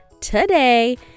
today